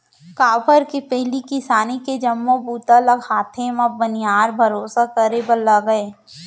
काबर के पहिली किसानी के जम्मो बूता ल हाथे म बनिहार भरोसा करे बर लागय